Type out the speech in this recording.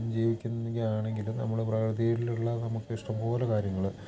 ജീവിക്കുന്നതെങ്കിൽ ആണെങ്കിലും നമ്മൾ പ്രകൃതിയിലുള്ള നമുക്കിഷ്ടംപോലെ കാര്യങ്ങൾ